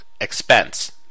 expense